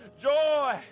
joy